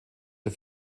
der